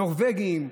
נורבגים,